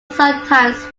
sometimes